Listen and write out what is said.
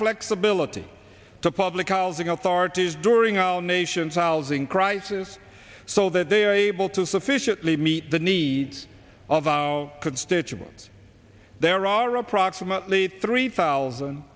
flexibility to public alving authorities during our nation's housing crisis so that they're able to sufficiently meet the needs of our constituents there are approximately three thousand